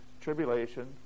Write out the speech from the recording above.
tribulation